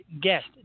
guest